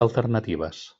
alternatives